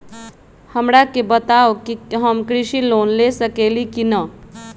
हमरा के बताव कि हम कृषि लोन ले सकेली की न?